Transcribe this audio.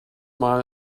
mal